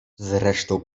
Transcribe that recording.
zresztą